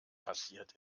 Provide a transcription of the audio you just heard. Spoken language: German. passiert